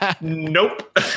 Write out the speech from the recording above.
Nope